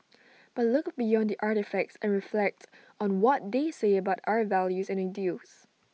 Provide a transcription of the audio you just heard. but look beyond the artefacts and reflect on what they say about our values and ideals